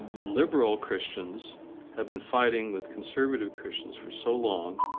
liberal christians have been fighting with conservative christians for so long